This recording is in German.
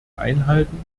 einhalten